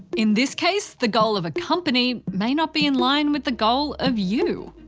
in this case, the goal of a company may not be in line with the goal of you,